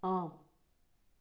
ஆம்